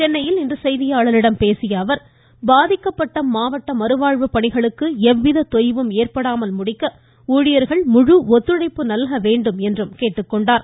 சென்னையில் இன்று செய்தியாளர்களிடம் பேசிய அவர் பாதிக்கப்பட்ட மாவட்ட மறுவாழ்வு பணிகளுக்கு எவ்வித தொய்வும் ஏற்படாமல் முடிக்க ஊழியர்கள் முழு ஒத்துழைப்பு நல்க வேண்டும் என்றும் கேட்டுக்கொண்டார்